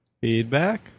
Feedback